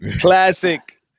classic